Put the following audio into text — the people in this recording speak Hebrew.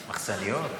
מחסניות.